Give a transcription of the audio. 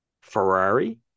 Ferrari